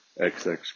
XX